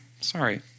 Sorry